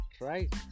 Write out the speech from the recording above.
right